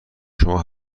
شما